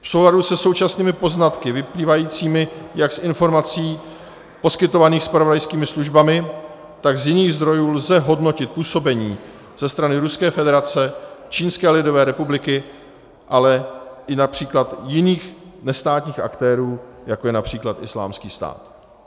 V souladu se současnými poznatky vyplývajícími jak z informací poskytovaných zpravodajskými službami, tak z jiných zdrojů lze hodnotit působení ze strany Ruské federace, Čínské lidové republiky, ale i například jiných, nestátních aktérů, jako je například Islámský stát.